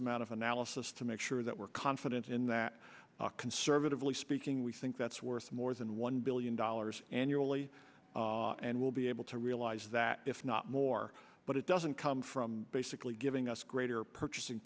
amount of analysis to make sure that we're confident in that conservatively speaking we think that's worth more than one billion dollars annually and we'll be able to realize that if not more but it doesn't come from basically giving us greater purchasing